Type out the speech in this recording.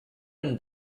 and